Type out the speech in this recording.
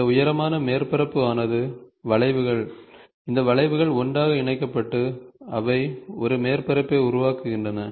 இந்த உயரமான மேற்பரப்பு ஆனது வளைவுகள் இந்த வளைவுகள் ஒன்றாக இணைக்கப்பட்டு அவை ஒரு மேற்பரப்பை உருவாக்குகின்றன